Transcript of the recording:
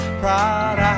proud